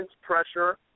pressure